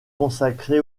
consacré